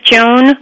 Joan